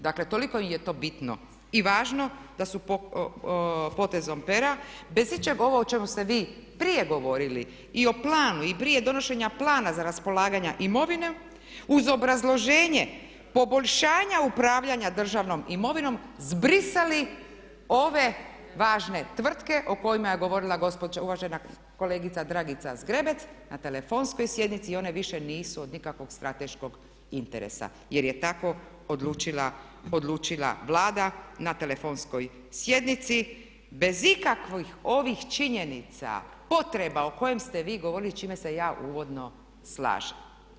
Dakle toliko im to bitno i važno da su potezom pera bez ičeg ovog o čemu ste vi prije govorili i o planu, i prije donošenja plana za raspolaganje imovinom uz obrazloženje poboljšanja upravljanja državnom imovinom zbrisali ove važne tvrtke o kojima je govorila uvažena kolegica Dragica Zgrebec na telefonskoj sjednici i one više nisu od nikakvog strateškog interesa jer je tako odlučila Vlada na telefonskoj sjednici bez ikakvih ovih činjenica, potreba o kojima ste vi govorili s čime se ja uvodno slažem.